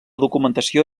documentació